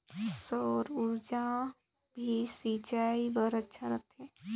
सौर ऊर्जा भी सिंचाई बर अच्छा रहथे?